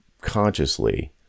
consciously